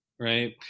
Right